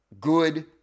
good